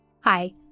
Hi